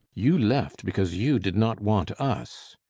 you left because you did not want us.